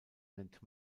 nennt